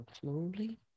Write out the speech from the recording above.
slowly